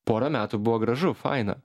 porą metų buvo gražu faina